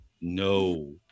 No